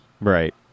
Right